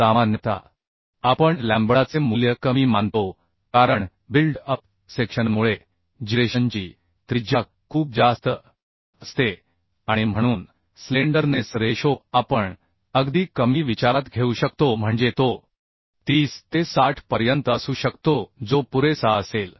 सामान्यतः आपण लॅम्बडाचे मूल्य कमी मानतो कारण बिल्ट अप सेक्शनमुळे जिरेशनची त्रिज्या खूप जास्त असते आणि म्हणून स्लेंडरनेस रेशो आपण अगदी कमी विचारात घेऊ शकतो म्हणजे तो 30 ते 60 पर्यंत असू शकतो जो पुरेसा असेल